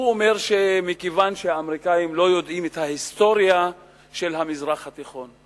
הוא מכיוון שהאמריקנים לא יודעים את ההיסטוריה של המזרח התיכון.